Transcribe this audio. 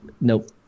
Nope